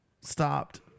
stopped